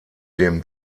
dem